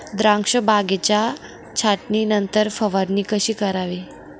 द्राक्ष बागेच्या छाटणीनंतर फवारणी कशी करावी?